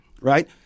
right